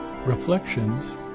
Reflections